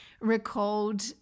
recalled